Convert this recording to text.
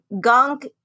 gunk